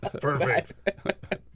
Perfect